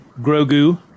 Grogu